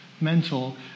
mental